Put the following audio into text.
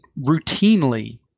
routinely